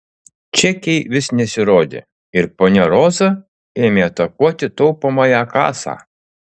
čekiai vis nesirodė ir ponia roza ėmė atakuoti taupomąją kasą